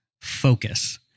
focus